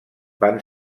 van